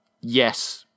Yes